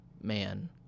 man